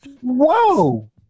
Whoa